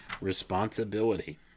Responsibility